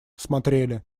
смотрели